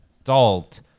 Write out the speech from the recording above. adult